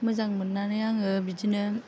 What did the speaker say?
मोजां मोन्नानै आङो बिदिनो